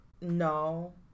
no